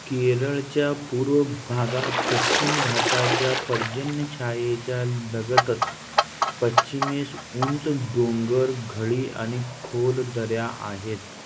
केरळच्या पूर्व भागात पश्चिम घाटाच्या पर्जन्यछायेच्या लगतच पश्चिमेस उंच डोंगर घळी आणि खोल दऱ्या आहेत